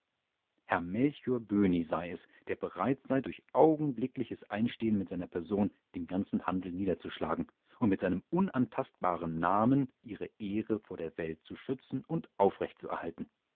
herr melchior böhni sei es der bereit sei durch augenblickliches einstehen mit seiner person den ganzen handel niederzuschlagen und mit seinem unantastbaren namen ihre ehre vor der welt zu schützen und